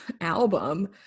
album